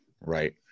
Right